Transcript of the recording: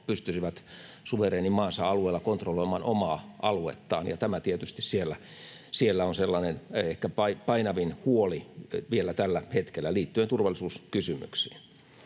pystyisivät suvereenin maansa alueella kontrolloimaan omaa aluettaan, ja tämä tietysti siellä on sellainen ehkä painavin huoli vielä tällä hetkellä liittyen turvallisuuskysymyksiin.